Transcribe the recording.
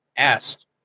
Asked